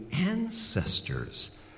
ancestors